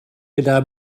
gyda